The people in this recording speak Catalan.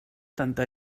tanta